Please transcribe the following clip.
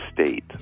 state